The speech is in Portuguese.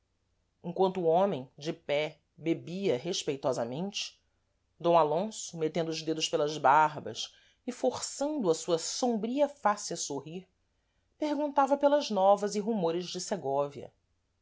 emquanto o homem de pé bebia respeitosamente d alonso metendo os dedos pelas barbas e forçando a sua sombria face a sorrir perguntava pelas novas e rumores de segóvia